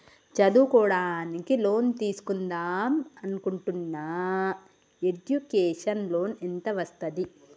చదువుకోవడానికి లోన్ తీస్కుందాం అనుకుంటున్నా ఎడ్యుకేషన్ లోన్ ఎంత వస్తది?